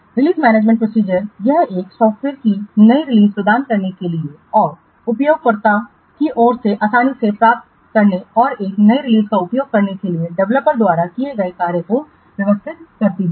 release management procedure यह एक software की नई रिलीज प्रदान करने के लिए और उपयोगकर्ताओं की ओर से आसानी से प्राप्त करने और एक नई रिलीज का उपयोग करने के लिए डेवलपर्स द्वारा किए गए कार्य को व्यवस्थित करती है